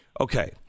Okay